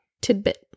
tidbit